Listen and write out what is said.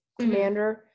Commander